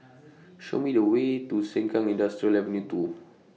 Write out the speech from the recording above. Show Me The Way to Sengkang Industrial Ave two